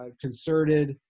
concerted